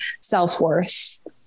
self-worth